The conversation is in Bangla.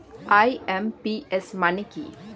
আই.এম.পি.এস মানে কি?